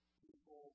people